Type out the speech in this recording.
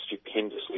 stupendously